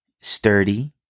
sturdy